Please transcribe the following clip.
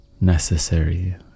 necessary